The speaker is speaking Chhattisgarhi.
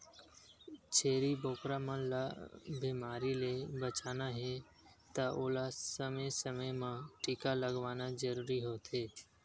छेरी बोकरा मन ल बेमारी ले बचाना हे त ओला समे समे म टीका लगवाना जरूरी होथे